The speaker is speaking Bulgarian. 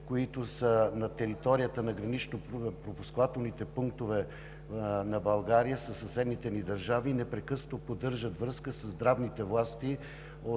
които са на територията на гранично-пропускателните пунктове на България със съседните ни държави, непрекъснато поддържат връзка със здравните власти